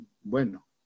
bueno